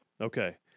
Okay